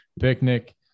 Picnic